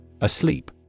Asleep